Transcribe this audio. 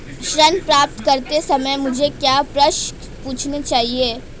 ऋण प्राप्त करते समय मुझे क्या प्रश्न पूछने चाहिए?